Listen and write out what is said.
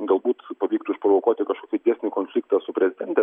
galbūt pavyktų išprovokuoti kažkokį didesnį konfliktą su prezidente